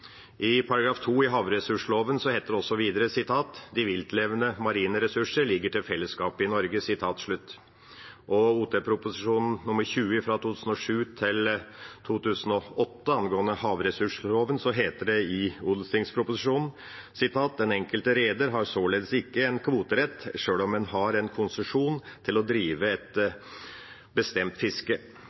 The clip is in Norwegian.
heter det i § 2 i havressursloven: «Dei viltlevande marine ressursane ligg til fellesskapet i Noreg.» Og i Ot.prp. nr. 20 fra 2007–2008, angående havressursloven, står det: «Den enkelte reder har således ikke en kvoterett selv om han har en konsesjon til å drive et bestemt fiske.